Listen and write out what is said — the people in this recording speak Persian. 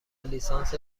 لیسانس